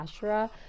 Ashra